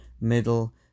middle